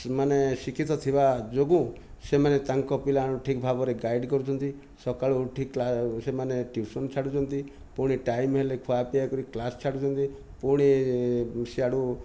ସେମାନେ ଶିକ୍ଷିତ ଥିବା ଯୋଗୁ ସେମାନେ ତାଙ୍କ ପିଲା ମାନଙ୍କୁ ଠିକ ଭାବରେ ଗାଇଡ଼୍ କରୁଛନ୍ତି ସକାଳେ ଉଠି ସେମାନେ ଟିଉସନ୍ ଛାଡ଼ୁଛନ୍ତି ପୁଣି ଟାଇମ୍ ହେଲେ ଖିଆପିଆ କରିକି କ୍ଲାସ୍ ଛାଡ଼ୁଛନ୍ତି ପୁଣି ସେଇଆଡ଼ୁ